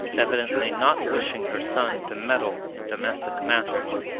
evidently not wishing her son to meddle in domestic matters.